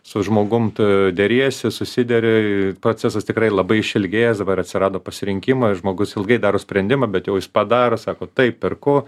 su žmogum tu deriesi susideri ir procesas tikrai labai išilgėjęs dabar atsirado pasirinkimo ir žmogus ilgai daro sprendimą bet jau jis padaro sako taip perku